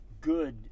good